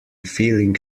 feeling